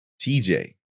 tj